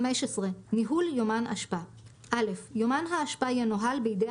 ניהול יומן אשפה 15. (א) יומן האשפה ינוהל בידי